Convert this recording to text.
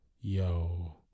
yo